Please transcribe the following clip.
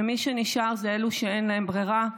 ומי שנשאר זה אלו שאין להם ברירה,